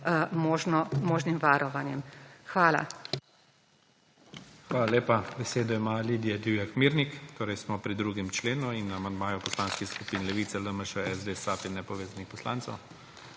možnim varovanjem. Hvala.